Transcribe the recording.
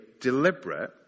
deliberate